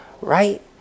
right